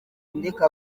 ndeka